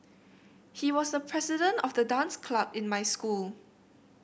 he was the president of the dance club in my school